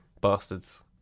Bastards